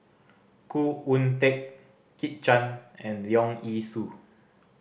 Khoo Oon Teik Kit Chan and Leong Yee Soo